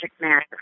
matter